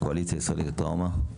הקואליציה הישראלית לטראומה.